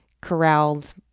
corralled